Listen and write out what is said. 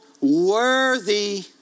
worthy